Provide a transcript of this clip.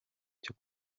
cyo